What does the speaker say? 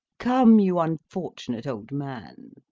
come, you unfortunate old man.